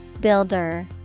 Builder